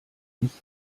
nicht